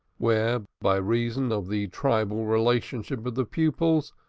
where, by reason of the tribal relationship of the pupils,